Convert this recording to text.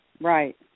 Right